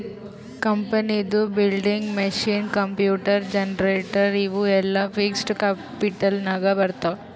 ಕಂಪನಿದು building, machine, computer, generator ಇವು ಎಲ್ಲಾ ಫಿಕ್ಸಡ್ ಕ್ಯಾಪಿಟಲ್ ನಾಗ್ ಬರ್ತಾವ್